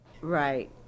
right